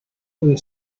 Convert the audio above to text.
puede